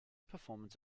performance